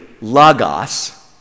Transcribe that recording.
lagos